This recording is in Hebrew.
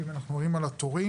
ואם אנחנו מדברים על התורים,